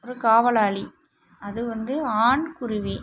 ஒரு காவலாளி அது வந்து ஆண் குருவி